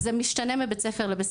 זה משתנה מבית ספר לבית